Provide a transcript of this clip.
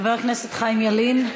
חבר הכנסת חיים ילין,